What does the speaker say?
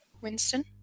Winston